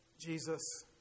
Jesus